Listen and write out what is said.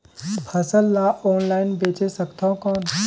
फसल ला ऑनलाइन बेचे सकथव कौन?